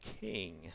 king